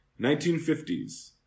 1950s